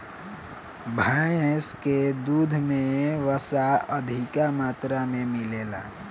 भैस के दूध में वसा अधिका मात्रा में मिलेला